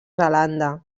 zelanda